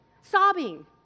sobbing